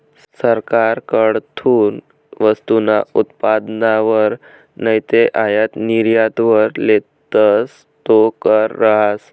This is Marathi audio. सरकारकडथून वस्तूसना उत्पादनवर नैते आयात निर्यातवर लेतस तो कर रहास